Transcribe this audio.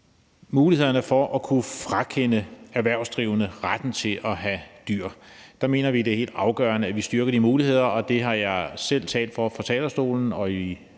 mulighederne for at kunne frakende erhvervsdrivende retten til at have dyr. Der mener vi, det er helt afgørende, at vi styrker de muligheder, og det har jeg selv talt for fra talerstolen og i